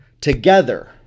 together